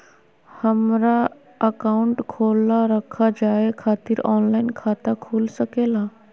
हमारा अकाउंट खोला रखा जाए खातिर ऑनलाइन खाता खुल सके ला?